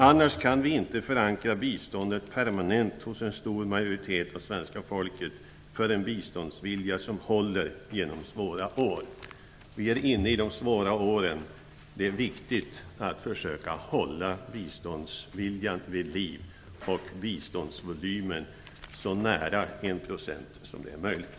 Annars kan vi inte förankra biståndet premanent hos en stor majoritet hos svenska folket, för en biståndsvilja som håller genom svåra år." Nu är det svåra år. Det är viktigt att försöka hålla biståndsviljan vid liv och biståndsvolymen så nära 1 % som det är möjligt.